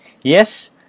Yes